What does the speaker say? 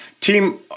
team